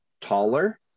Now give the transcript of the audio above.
taller